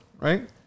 right